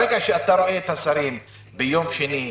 ברגע שאתה רואה את השרים ביום שני,